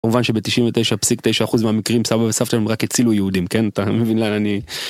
כמובן שבתשעים ותשע פסיק תשע אחוז מהמקרים סבא וסבתא הם רק הצילו יהודים כן אתה מבין לאן אני.